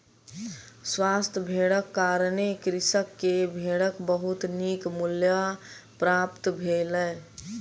स्वस्थ भेड़क कारणें कृषक के भेड़क बहुत नीक मूल्य प्राप्त भेलै